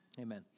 amen